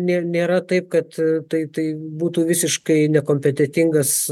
ne nėra taip kad tai tai būtų visiškai nekompetentingas